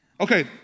Okay